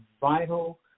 vital